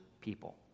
people